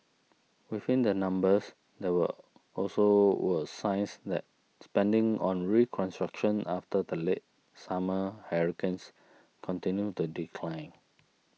within the numbers there were also were signs that spending on reconstruction after the late summer hurricanes continued to decline